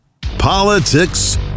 Politics